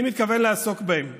אני מתכוון לעסוק בהם,